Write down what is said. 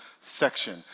section